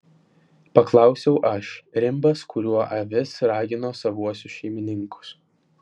paklausiau aš rimbas kuriuo avis ragino savuosius šeimininkus